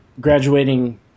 graduating